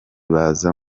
baza